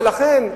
לכן,